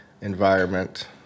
environment